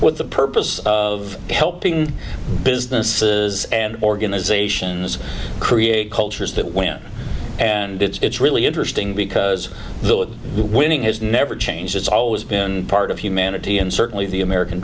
with the purpose of helping businesses and organizations create cultures that when and it's really interesting because the winning has never changed it's always been part of humanity and certainly the american